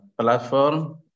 platform